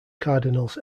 cardinals